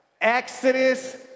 Exodus